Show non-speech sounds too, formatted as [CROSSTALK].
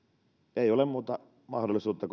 ei ole muuta mahdollisuutta [UNINTELLIGIBLE]